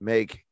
Make